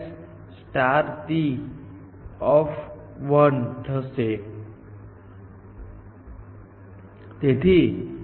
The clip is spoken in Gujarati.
તેથી તમે જે વધારાનું કામ કરી રહ્યા છો અને તમે માર્ગને ફરીથી બનાવવા માટે જે વધારાના કાર્યો કરી રહ્યા છો તે બધા વધારાનું કામ કેટલા છે